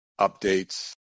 updates